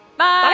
Bye